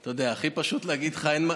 אתה יודע, הכי פשוט להגיד לך: אין,